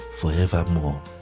forevermore